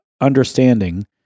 understanding